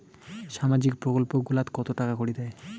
সামাজিক প্রকল্প গুলাট কত টাকা করি দেয়?